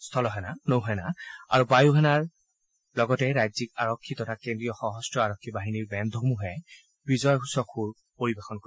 স্থলসেনা নৌসেনা বায়ুসেনাৰ লগতে ৰাজ্যিক আৰক্ষী তথা কেন্দ্ৰীয় সশস্ত্ৰ আৰক্ষী বাহিনীৰ বেণ্ডসমূহে বিজয়সূচক সুৰ পৰিৱেশন কৰিব